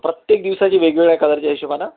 प्रत्येक दिवसाचे वेगवेगळ्या कलरच्या हिशोबानं